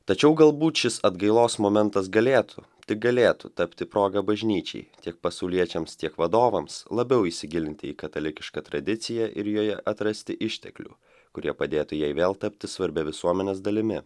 tačiau galbūt šis atgailos momentas galėtų tik galėtų tapti proga bažnyčiai tiek pasauliečiams tiek vadovams labiau įsigilinti į katalikišką tradiciją ir joje atrasti išteklių kurie padėtų jai vėl tapti svarbia visuomenės dalimi